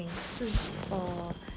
err 那些